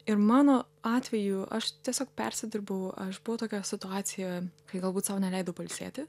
ir mano atveju aš tiesiog persidirbau aš buvau tokioje situacijoje kai galbūt sau neleidau pailsėti